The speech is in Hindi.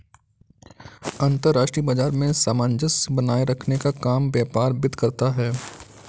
अंतर्राष्ट्रीय बाजार में सामंजस्य बनाये रखने का काम व्यापार वित्त करता है